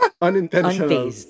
unintentional